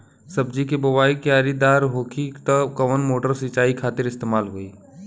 सब्जी के बोवाई क्यारी दार होखि त कवन मोटर सिंचाई खातिर इस्तेमाल होई?